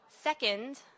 Second